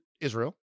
Israel